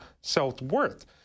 self-worth